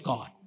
God